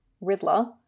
Riddler